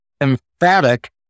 emphatic